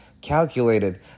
calculated